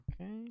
Okay